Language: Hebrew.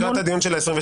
כן, לקראת הדיון של ה-27.